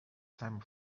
time